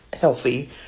healthy